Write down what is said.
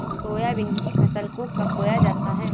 Soybean की फसल को कब बोया जाता है?